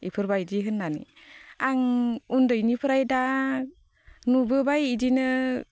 बेफोरबायदि होननानै आं उन्दैनिफ्राय दा नुबोबाय बिदिनो